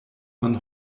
man